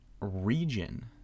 region